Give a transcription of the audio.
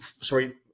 Sorry